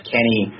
Kenny